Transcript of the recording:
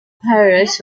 pirates